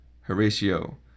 Horatio